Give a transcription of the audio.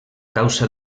causa